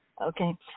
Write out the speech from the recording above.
Okay